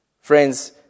Friends